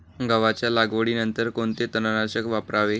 गव्हाच्या लागवडीनंतर कोणते तणनाशक वापरावे?